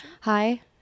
hi